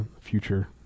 future